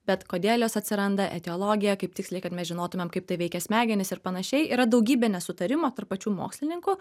bet kodėl jos atsiranda etiologija kaip tiksliai kad mes žinotume kaip tai veikia smegenis ir panašiai yra daugybė nesutarimo tarp pačių mokslininkų